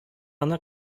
аны